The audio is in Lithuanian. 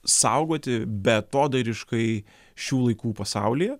saugoti beatodairiškai šių laikų pasaulyje